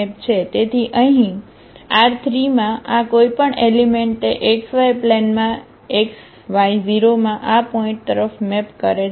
તેથી અહીં R3 માં આ કોઈપણ એલિમેંટ તે XY પ્લેનમાં x y 0 માં આ પોઇન્ટ તરફ મેપ કરે છે